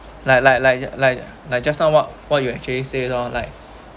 people lah like like like like like just now what what you actually say loh like